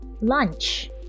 lunch